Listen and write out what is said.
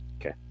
Okay